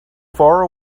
far